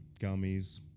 gummies